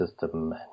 system